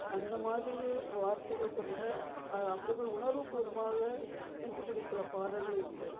அந்த மாதிரி வார்த்தைகள் கொண்ட அப்படிப்பட்ட உணர்வு பூர்வமாக இருக்கக்கூடிய சில பாடல்களும் உண்டு